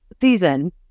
season